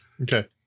Okay